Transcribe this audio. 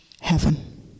heaven